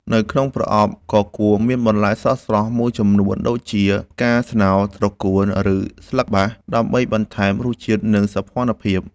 នៅក្នុងប្រអប់ក៏គួរមានបន្លែស្រស់ៗមួយចំនួនដូចជា ផ្កាស្នោ ត្រកួន ឬស្លឹកបាស ដើម្បីបន្ថែមរសជាតិ និងសោភ័ណភាព។